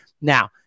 now